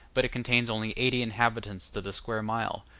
but it contains only eighty inhabitants to the square mile,